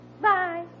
Bye